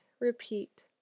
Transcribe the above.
repeat